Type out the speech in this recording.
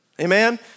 amen